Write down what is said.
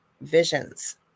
visions